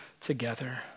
together